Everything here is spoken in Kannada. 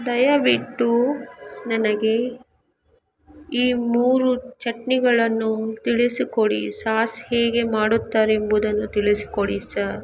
ದಯವಿಟ್ಟು ನನಗೆ ಈ ಮೂರು ಚಟ್ನಿಗಳನ್ನು ತಿಳಿಸಿಕೊಡಿ ಸಾಸ್ ಹೇಗೆ ಮಾಡುತ್ತಾರೆಂಬುದನ್ನು ತಿಳಿಸಿಕೊಡಿ ಸರ್